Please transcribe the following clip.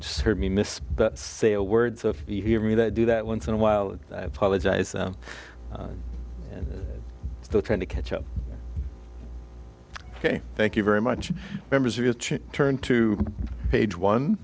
just heard me miss that say a word so if you hear me that do that once in a while it apologize and the trying to catch up ok thank you very much members of you turn to page